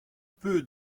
peu